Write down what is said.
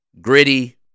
gritty